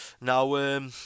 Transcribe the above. Now